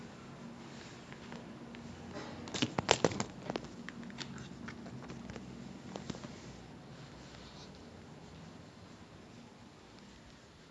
um tough depending on like what do you consider tough lah most people when they think of drums right they think of how hard it is to like synchronise your hands and your legs